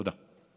תודה.